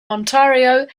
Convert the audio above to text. ontario